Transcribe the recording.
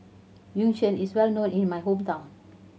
Yu Sheng is well known in my hometown